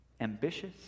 ambitious